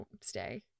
stay